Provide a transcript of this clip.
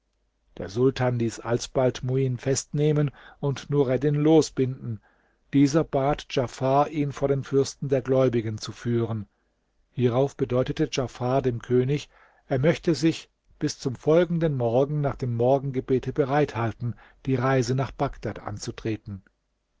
der sultan ließ alsbald muin festnehmen und nureddin losbinden dieser bat djafar ihn vor den fürsten der gläubigen zu führen hierauf bedeutete djafar dem könig er möchte sich bis am folgenden morgen nach dem morgengebete bereit halten die reise nach bagdad anzutreten